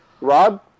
Rob